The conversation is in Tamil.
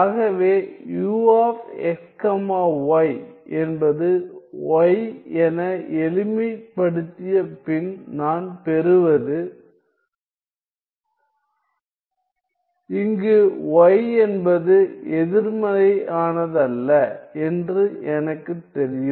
ஆகவே u x y என்பது y என எளிமைப்படுத்திய பின் நான் பெறுவது இங்கு y என்பது எதிர்மறையானதல்ல என்று எனக்குத் தெரியும்